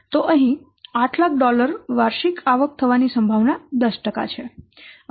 તો અહીં 800000 વાર્ષિક આવક થવાની સંભાવના 10 છે